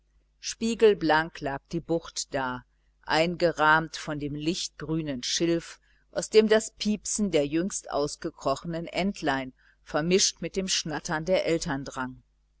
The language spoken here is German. spiegelblank lag die bucht da eingerahmt von dem lichtgrünen schilf aus dem das piepsen der jüngst ausgekrochenen entlein vermischt mit dem schnattern der eltern drang